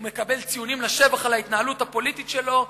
הוא מקבל ציונים לשבח על ההתנהלות הפוליטית שלו,